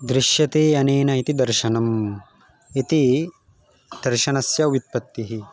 दृश्यते अनेन इति दर्शनम् इति दर्शनस्य व्युत्पत्तिः